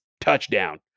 touchdown